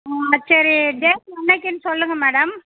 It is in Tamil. ஆ சரி டேட் என்னைக்குன்னு சொல்லுங்கள் மேடம்